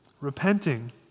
repenting